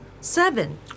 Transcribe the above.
seven